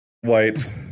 white